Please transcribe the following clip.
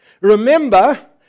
Remember